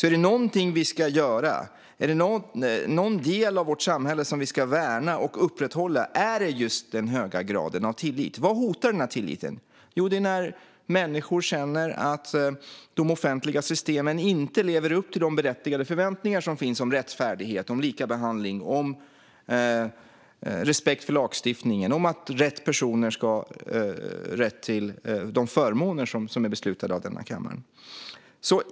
Är det någonting vi ska göra, någon del av vårt samhälle som vi ska värna, är det just att upprätthålla den höga graden av tillit. Vad hotar den tilliten? Jo, det är när människor känner att de offentliga systemen inte lever upp till de berättigade förväntningar som finns om rättfärdighet, likabehandling, respekt för lagstiftningen och att rätt personer ska ha rätt till de förmåner som är beslutade av denna kammare.